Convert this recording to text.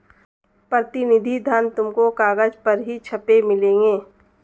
प्रतिनिधि धन तुमको कागज पर ही छपे मिलेंगे